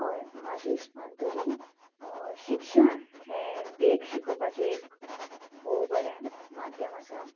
हय म्हाजे इस्पान तरी शिक्षण हें देख शिकोवपाचें एक भोव बरें माध्यम आसा